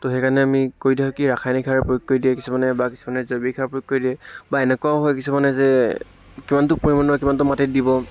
ত' সেইকাৰণে আমি কৰি দিয়া হয় কি ৰাসায়নিক সাৰে প্ৰয়োগ কৰি দিয়ে কিছুমানে বা কিছুমানে জৈৱিক সাৰ প্ৰয়োগ কৰি দিয়ে বা এনেকুৱাও হয় কিছুমানে যে কিমানটো পৰিমাণৰ কিমানটো মাটিত দিব